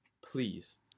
please